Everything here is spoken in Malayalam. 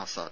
ആസാദ്